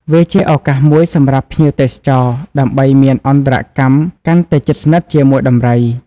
វាជាឱកាសមួយសម្រាប់ភ្ញៀវទេសចរ ដើម្បីមានអន្តរកម្មកាន់តែជិតស្និទ្ធជាមួយដំរី។